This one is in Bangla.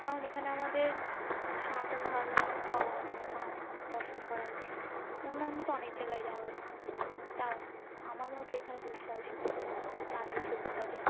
কারণ এখানে আমাদের সনাতন ধর্মী ভগবানের স্থান দর্শন করা উচিত অন্যান্য তো অনেক জায়গায় যাওয়া যায় তাও আমার মতে এখানে দুঃসাহসী জায়গা প্রাণের ঝুঁকি থাকে